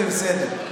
זה בסדר,